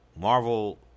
Marvel